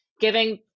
giving